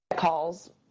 Calls